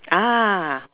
ah